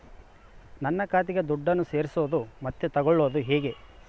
ನನ್ನ ಖಾತೆಗೆ ದುಡ್ಡನ್ನು ಸೇರಿಸೋದು ಮತ್ತೆ ತಗೊಳ್ಳೋದು ಹೇಗೆ?